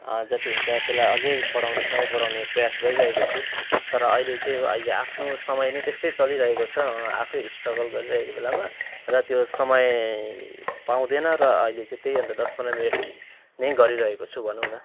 जति हुन्छ त्यसलाई अझै बढाउने समय बढाउने प्रयास गरिरहेको छु तर अहिले त्यही हो अहिले आफ्नो समय नै त्यस्तै चलिरहेको छ आफै स्ट्रगल गरिरहेको बेलामा र त्यो समय पाउँदैन र अहिले चाहिँ त्यही अन्त दस पन्ध्र मिनट नै गरिरहेको छु भनौँ न